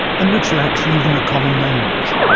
and which lacks even a common language.